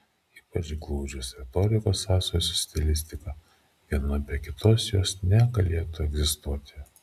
ypač glaudžios retorikos sąsajos su stilistika viena be kitos jos negalėtų egzistuoti